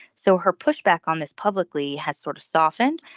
so her pushback on this publicly has sort of softened.